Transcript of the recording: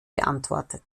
beantwortet